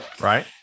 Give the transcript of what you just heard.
Right